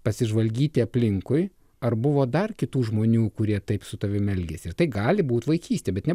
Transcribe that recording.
pasižvalgyti aplinkui ar buvo dar kitų žmonių kurie taip su tavimi elgėsi ir tai gali būti vaikystė bet ne